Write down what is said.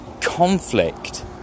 conflict